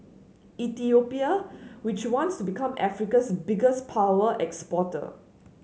Ethiopia which wants to become Africa's biggest power exporter